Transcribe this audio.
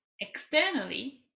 externally